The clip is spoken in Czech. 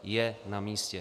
je namístě.